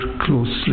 closely